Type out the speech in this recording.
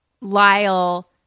Lyle